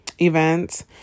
events